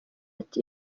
ati